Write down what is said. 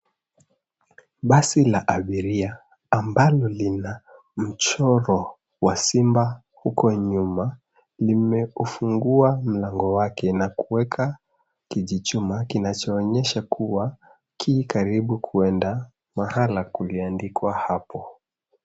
Basi la abiria ambalo lina mchoro wa simba huko nyuma , limeufungua mlango wake na kuweka kijichuma kinachoonyesha kuwa ki karibu kuenda mahala kuliandikwa hapo.